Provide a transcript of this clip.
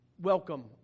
Welcome